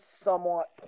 somewhat